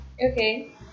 Okay